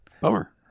Bummer